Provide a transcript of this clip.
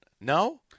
no